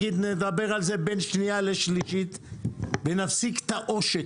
נדבר על זה בין קריאה שנייה לשלישית ונפסיק את העושק